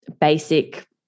basic